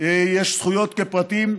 יש זכויות, כפרטים.